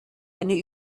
eine